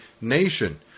nation